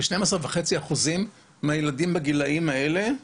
כ-12.5 אחוזים מהילדים בגילאים האלה,